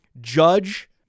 Judge